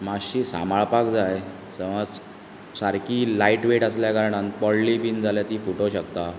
मातशी सांबाळपाक जाय समज सारकी लायट वेट आसल्या कारणान पडली बीन जाल्यार ती फूटो शकता